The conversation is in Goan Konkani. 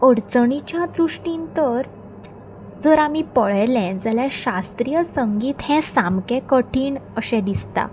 अडचणीच्या दृश्टीन तर जर आमी पळयलें जाल्यार शास्त्रीय संगीत हें सामकें कठीण अशें दिसता